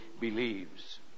believes